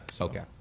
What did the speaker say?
Okay